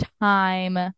time